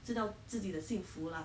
知道自己的幸福 lah